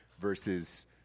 versus